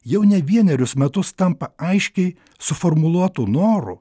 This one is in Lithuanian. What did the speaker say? jau ne vienerius metus tampa aiškiai suformuluotu noru